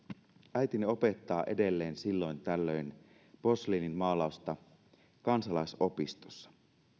äitini opettaa edelleen silloin tällöin posliininmaalausta kansalaisopistossa